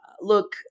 Look